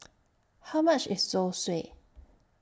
How much IS Zosui